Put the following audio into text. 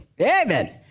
Amen